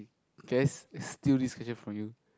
guess I steal this question from you